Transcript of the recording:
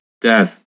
death